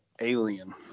Alien